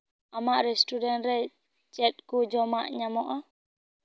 ᱟᱢᱟᱜ ᱨᱮᱥᱴᱩᱨᱮᱱᱴ ᱨᱮ ᱪᱮᱫ ᱠᱚ ᱡᱚᱢᱟᱜ ᱧᱟᱢᱚᱜᱼᱟ